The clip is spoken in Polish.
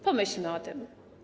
Pomyślmy o tym.